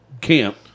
Camp